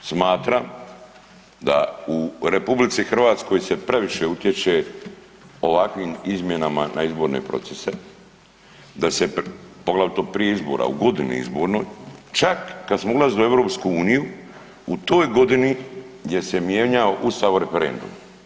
Ja osobno smatram da u RH se previše utječe ovakvim izmjenama na izborne procese, da se poglavito prije izbora, u godini izbornoj, čak kad smo ulazili u EU u toj godini je se mijenja Ustav o referendumu.